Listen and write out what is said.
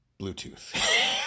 Bluetooth